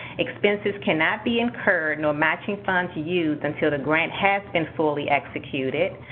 expenses cannot be incurred nor matching funds used until the grant has been fully executed.